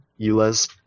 EULA's